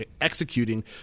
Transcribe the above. executing